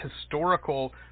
historical